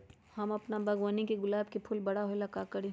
हम अपना बागवानी के गुलाब के फूल बारा होय ला का करी?